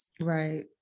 right